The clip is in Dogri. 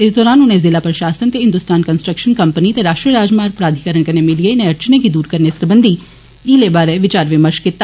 इस दौरान उने जिला प्रषासन ते हिंदुस्तान कंसट्रक्षन कम्पनी ते राश्ट्रीय राजमार्ग प्राधीकरण कन्नै मिलियै इनें अड़चनें गी दूर करने सरबंधी हीले बारै विचार विमर्ष कीता